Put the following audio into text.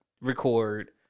record